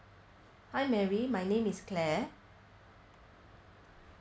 hi mary my name is claire